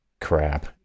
crap